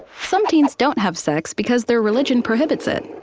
some teens don't have sex because their religion prohibits it.